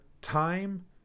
time